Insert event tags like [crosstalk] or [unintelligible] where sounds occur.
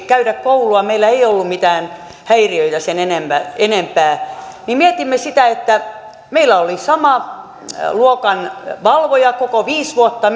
käydä koulua meillä ei ollut mitään häiriöitä sen enempää mietimme sitä että meillä oli sama luokanvalvoja koko viisi vuotta [unintelligible]